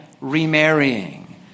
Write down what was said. remarrying